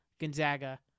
Gonzaga